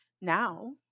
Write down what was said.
now